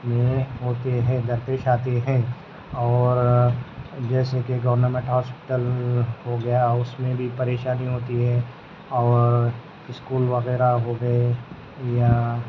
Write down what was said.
میں ہوتے ہیں درپیش آتے ہیں اور جیسے کہ گورنمینٹ ہاسپٹل ہو گیا اس میں بھی پریشانی ہوتی ہے اور اسکول وغیرہ ہو گئے یا